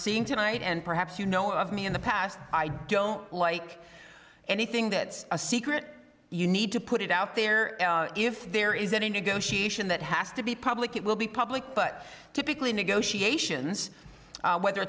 seeing tonight and perhaps you know of me in the past i don't like anything that's a secret you need to put it out there if there is any negotiation that has to be public it will be public but typically negotiations whether